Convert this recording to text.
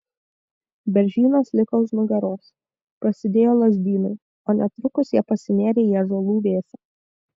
beržynas liko už nugaros prasidėjo lazdynai o netrukus jie pasinėrė į ąžuolų vėsą